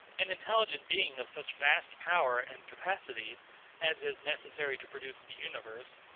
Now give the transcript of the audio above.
an intelligent being of such vast power and capacity as is necessary to produce the universe,